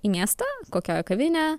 į miestą kokią kavinę